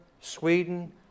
Sweden